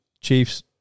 Chiefs